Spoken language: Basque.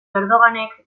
erdoganek